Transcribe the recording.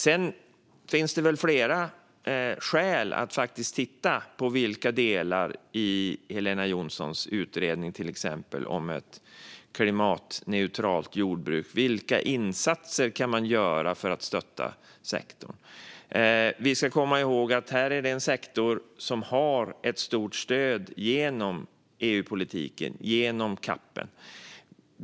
Det finns flera skäl att i till exempel Helena Jonssons utredning om ett klimatneutralt jordbruk titta på vilka insatser man kan göra för att stötta sektorn. Vi ska komma ihåg att det här är en sektor som får ett stort stöd genom EU-politiken - CAP:en.